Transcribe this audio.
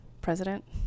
president